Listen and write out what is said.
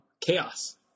Chaos